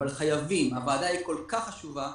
אבל אתם בוועדה חייבים, הוועדה היא כל כך חשובה,